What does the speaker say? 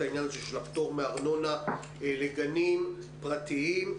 העניין של הפטור מארנונה לגנים פרטיים.